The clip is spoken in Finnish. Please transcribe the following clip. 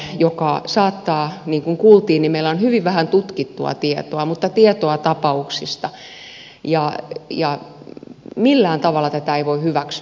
niin kuin kuultiin niin meillä on hyvin vähän tutkittua tietoa mutta tietoa tapauksista on ja millään tavalla tätä ei voi hyväksyä